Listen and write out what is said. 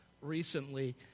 recently